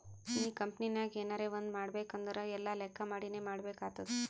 ನೀ ಕಂಪನಿನಾಗ್ ಎನರೇ ಒಂದ್ ಮಾಡ್ಬೇಕ್ ಅಂದುರ್ ಎಲ್ಲಾ ಲೆಕ್ಕಾ ಮಾಡಿನೇ ಮಾಡ್ಬೇಕ್ ಆತ್ತುದ್